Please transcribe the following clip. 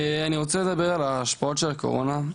אני רוצה לדבר על ההשפעות של הקורונה.